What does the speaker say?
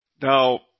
Now